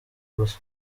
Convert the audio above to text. gusa